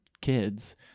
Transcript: kids